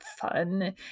fun